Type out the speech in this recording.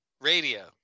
radio